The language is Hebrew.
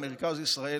למרכז ישראל.